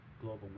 global